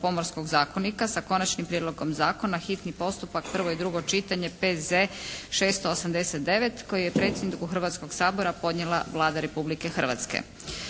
Pomorskog zakonika, s Konačnim prijedlogom zakona, hitni postupak, prvo i drugo čitanje, P.Z.E. 689 koji je predsjedniku Hrvatskoga sabora podnijela Vlada Republike Hrvtske.